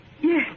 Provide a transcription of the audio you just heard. Yes